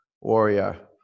warrior